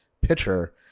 pitcher